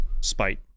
spite